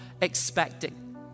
expecting